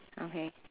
okay